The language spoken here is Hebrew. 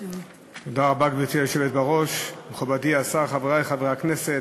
תודה רבה, מכובדי השר, חברי חברי הכנסת,